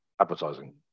advertising